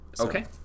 Okay